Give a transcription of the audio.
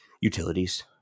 utilities